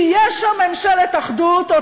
כי יש שם ממשלת אחדות,